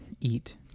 eat